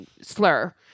slur